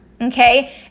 Okay